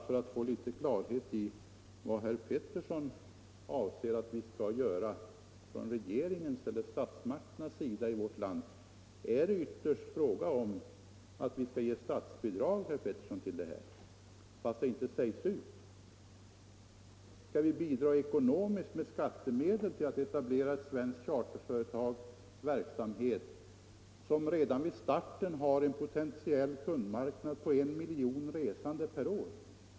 För att få litet klarhet i vad herr Petersson i Röstånga avser att vi skall göra från statsmakternas sida i vårt land måste jag be herr Petersson säga om det ytterst är fråga om att vi skall ge statsbidrag till detta, fast det inte sägs ut. Skall vi bidra ekonomiskt med skattemedel till att etablera verksamheten för ett svenskt charterföretag som redan vid starten har en potentiell kundmarknad på en miljon resande per år?